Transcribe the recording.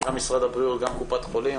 גם את משרד הבריאות וגם את קופת חולים.